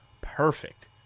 perfect